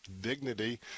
dignity